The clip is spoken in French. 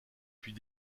puis